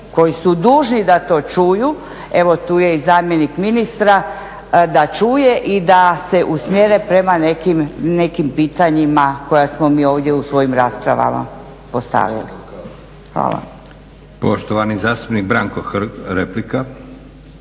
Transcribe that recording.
koji su dužni da to čuju, evo tu je i zamjenik ministra da čuje i da se usmjere prema nekim pitanjima koja smo mi ovdje u svojim raspravama postavili. Hvala. **Leko, Josip (SDP)** Poštovani zastupnik Branko Hrg, replika.